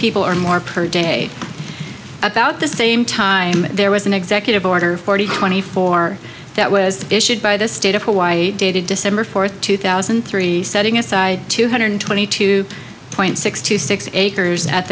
people or more per day about the same time there was an executive order forty twenty four that was issued by the state of hawaii dated december fourth two thousand and three setting aside two hundred twenty two point six two six acres at